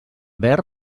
verb